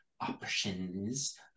options